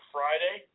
Friday